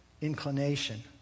inclination